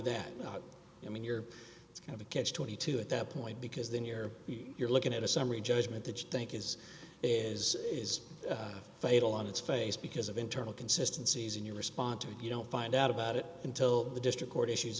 that i mean you're kind of a catch twenty two at that point because then you're you're looking at a summary judgment that you think is is is fatal on its face because of internal consistency as in your response to it you don't find out about it until the district court issues